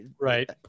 right